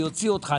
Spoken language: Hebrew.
אני אוציא אותך.